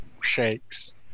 Shakes